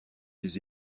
des